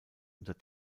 unter